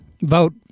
vote